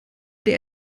der